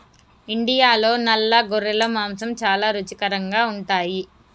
ఇండియాలో నల్ల గొర్రెల మాంసం చాలా రుచికరంగా ఉంటాయి